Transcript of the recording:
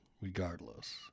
regardless